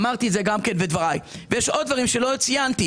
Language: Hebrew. אמרתי את זה בדבריי, ויש עוד דברים שלא ציינתי.